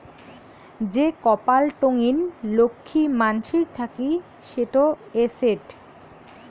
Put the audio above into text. যে কপাল টঙ্নি লক্ষী মানসির থাকি সেটো এসেট